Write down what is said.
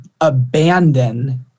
abandon